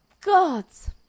Gods